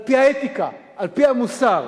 על-פי האתיקה, על-פי המוסר.